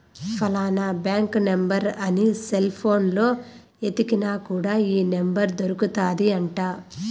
ఫలానా bank number అని cell పోనులో ఎతికిన కూడా ఈ నెంబర్ దొరుకుతాది అంట